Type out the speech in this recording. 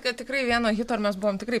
kad tikrai vieno hito ir mes buvom tikrai